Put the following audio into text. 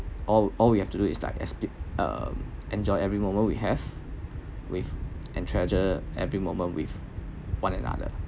all all you have to do is like escape um enjoy every moment we have with and treasure every moment with one another